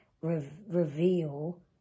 reveal